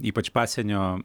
ypač pasienio